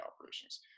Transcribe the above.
operations